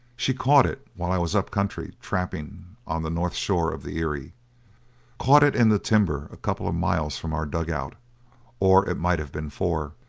she caught it while i was up country trapping on the north shore of the erie caught it in the timber a couple of miles from our dug-out or it might have been four,